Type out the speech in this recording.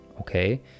okay